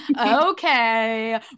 okay